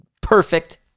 Perfect